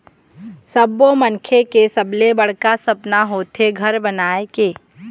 सब्बो मनखे के सबले बड़का सपना होथे घर बनाए के